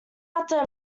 after